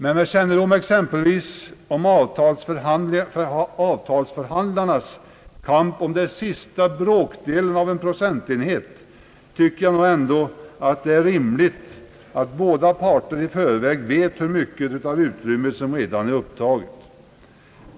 Men med kännedom om exempelvis avtalsförhandlarnas kamp om den sista bråkdelen av en procentenhet tycker jag ändå att det är rimligt att båda parter i förväg vet hur mycket av utrymmet som redan är upptaget.